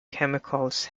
chemicals